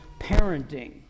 parenting